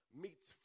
meets